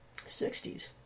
60's